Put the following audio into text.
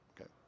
Okay